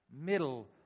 middle